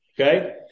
okay